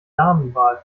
damenwahl